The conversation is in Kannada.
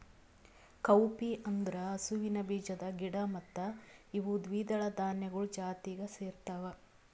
ಕೌಪೀ ಅಂದುರ್ ಹಸುವಿನ ಬೀಜದ ಗಿಡ ಮತ್ತ ಇವು ದ್ವಿದಳ ಧಾನ್ಯಗೊಳ್ ಜಾತಿಗ್ ಸೇರ್ತಾವ